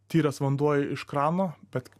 tyras vanduo iš krano bet